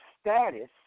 status